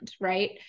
right